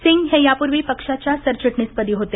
सिंग हे यापूर्वी पक्षाच्या सरचिटणीसपदी होते